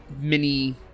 Mini